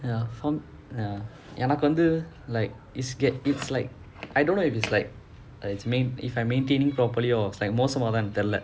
ya ya ya எனக்கு வந்து:ennakku vanthu like it's get it's like I don't know if it's like if I'm maintaining properly or மோசமாகுதான்னு தெரில:mosamaaguthaanu terila